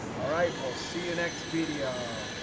all right, we'll see you next video.